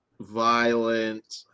violent